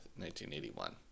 1981